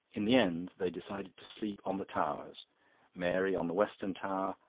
in the end they decided to sleep on the towers mary on the western tower,